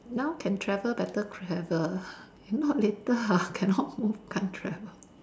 now can travel better travel if not later ah cannot move can't travel